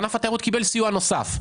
ענף התיירות קיבל סיוע נוסף.